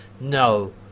no